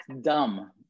dumb